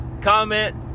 comment